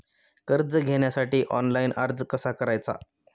कर्ज घेण्यासाठी ऑनलाइन अर्ज कसा करायचा?